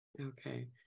okay